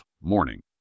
Morning